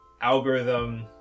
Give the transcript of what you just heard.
algorithm